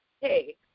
Hey